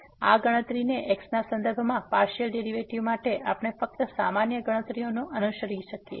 તેથી આ ગણતરીને x ના સંદર્ભમાં પાર્સીઅલ ડેરીવેટીવ માટે આપણે ફક્ત સામાન્ય ગણતરીઓને અનુસરી શકીએ છીએ